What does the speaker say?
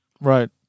Right